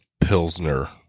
pilsner